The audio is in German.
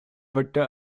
watte